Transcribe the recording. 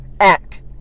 act